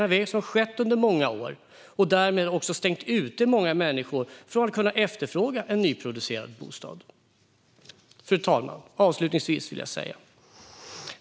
Men det är det som har skett under många år, och därmed har många människor stängts ute från att kunna efterfråga en nyproducerad bostad. Fru talman!